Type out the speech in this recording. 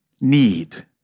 need